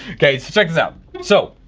check this out. so